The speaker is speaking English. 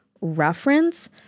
reference